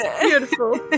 Beautiful